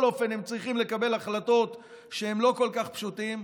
אופן הם צריכים לקבל החלטות שהן לא כל כך פשוטות,